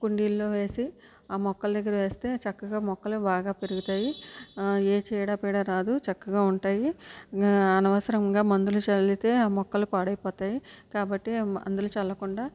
కుండీలలో వేసి ఆ మొక్కల దగ్గర వేస్తే చక్కగా మొక్కలు బాగా పెరుగుతాయి ఏ చీడ పీడ రాదు చక్కగా ఉంటాయి అనవసరంగా మందులు చల్లితే ఆ మొక్కలు పాడైపోతాయి కాబట్టి మందులు చల్లకుండా